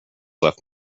left